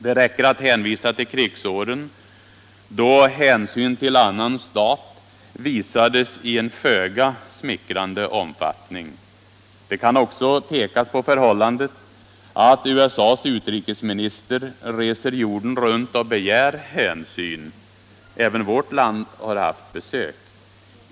Det räcker att hänvisa till krigsåren, då ”hänsyn till annan stat” visades i föga smickrande omfattning. Det kan också pekas på förhållandet att USA:s utrikesminister reser jorden runt och begär ”hänsyn”. Även vårt land har haft besök.